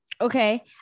Okay